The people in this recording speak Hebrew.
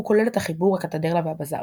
הוא כולל את החיבור "הקתדרלה והבזאר".